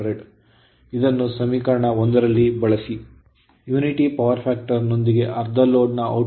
ಈಗ unity power factor ನೊಂದಿಗೆ ಅರ್ಧ ಲೋಡ್ ನ ಔಟ್ಪುಟ್ ಎಂದರೆ KVA 2 1